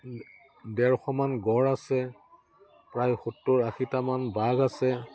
ডেৰশমান গঁড় আছে প্ৰায় সত্তৰ আশীটা মান বাঘ আছে